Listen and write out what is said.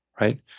Right